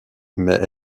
mais